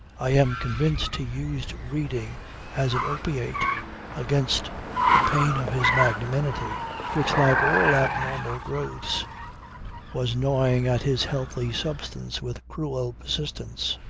i am convinced he used reading as an opiate against the pain of his magnanimity which like all abnormal growths was gnawing at his healthy substance with cruel persistence.